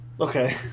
Okay